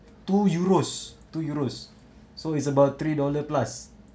two euros two euros so it's about three dollar plus